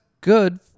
good